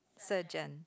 surgeon